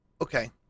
Okay